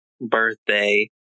birthday